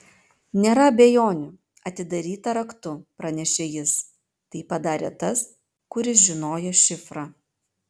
nėra abejonių atidaryta raktu pranešė jis tai padarė tas kuris žinojo šifrą